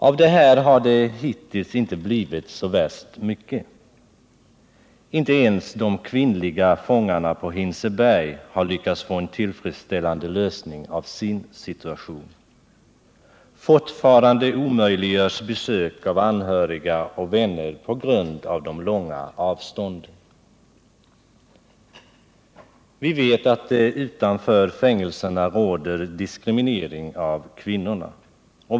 Av detta har det hittills inte blivit så värst mycket. Inte ens de kvinnliga fångarna på Hinseberg har lyckats få en tillfredsställande lösning av sin situation. Fortfarande omöjliggörs besök av anhöriga och vänner på grund av de långa avstånden. Vi vet att det utanför fängelserna råder diskriminering av kvinnorna.